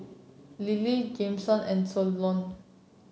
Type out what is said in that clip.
Lillie Jameson and Solon